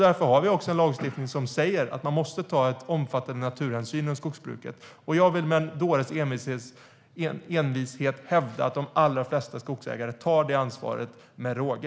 Därför har vi också en lagstiftning som säger att man måste ta omfattande naturhänsyn inom skogsbruket. Och jag vill med en dåres envishet hävda att de allra flesta skogsägare tar det ansvaret med råge.